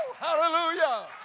Hallelujah